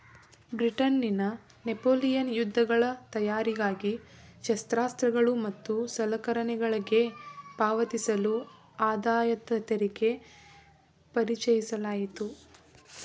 ಬ್ರಿಟನ್ನಲ್ಲಿ ನೆಪೋಲಿಯನ್ ಯುದ್ಧಗಳ ತಯಾರಿಗಾಗಿ ಶಸ್ತ್ರಾಸ್ತ್ರಗಳು ಮತ್ತು ಸಲಕರಣೆಗಳ್ಗೆ ಪಾವತಿಸಲು ಆದಾಯತೆರಿಗೆ ಪರಿಚಯಿಸಲಾಯಿತು